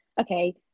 okay